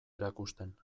erakusten